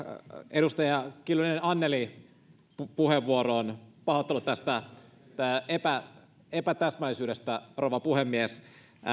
edustaja kiljunen annelin puheenvuoroon pahoittelut tästä epätäsmällisyydestä rouva puhemies